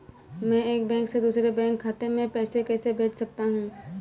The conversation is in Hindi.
मैं एक बैंक से दूसरे बैंक खाते में पैसे कैसे भेज सकता हूँ?